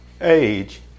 age